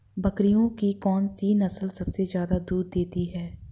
बकरियों की कौन सी नस्ल सबसे ज्यादा दूध देती है?